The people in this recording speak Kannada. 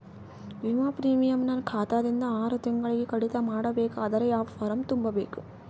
ವಿಮಾ ಪ್ರೀಮಿಯಂ ನನ್ನ ಖಾತಾ ದಿಂದ ಆರು ತಿಂಗಳಗೆ ಕಡಿತ ಮಾಡಬೇಕಾದರೆ ಯಾವ ಫಾರಂ ತುಂಬಬೇಕು?